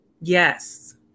Yes